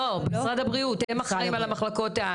לא, משרד הבריאות, הם אחראים על המחלקות.